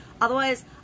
Otherwise